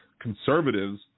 conservatives